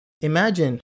Imagine